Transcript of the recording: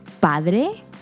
padre